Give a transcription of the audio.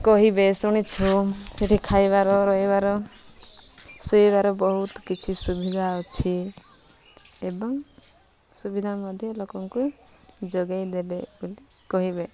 କହିବେ ଶୁଣିଛୁ ସେଠି ଖାଇବାର ରହିବାର ଶୋଇବାର ବହୁତ କିଛି ସୁବିଧା ଅଛି ଏବଂ ସୁବିଧା ମଧ୍ୟ ଲୋକଙ୍କୁ ଯୋଗେଇ ଦେବେ ବୋଲି କହିବେ